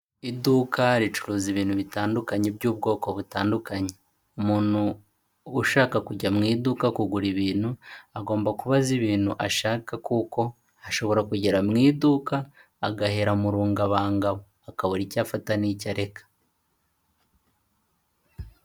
Iduka ricuruza ibintu bitandukanye by'ubwoko butandukanye, umuntu ushaka kujya mu iduka kugura ibintu agomba kuba azi ibintu ashaka kuko ashobora kugera mu iduka agahera mu rungabangabo akabura icyo afata n'icyo areka.